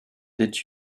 did